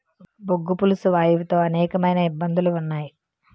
బొగ్గు పులుసు వాయువు తో అనేకమైన ఇబ్బందులు ఉన్నాయి